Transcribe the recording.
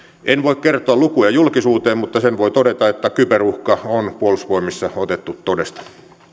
en voi kertoa lukuja julkisuuteen mutta sen voin todeta että kyberuhka on puolustusvoimissa otettu todesta